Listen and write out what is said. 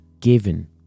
given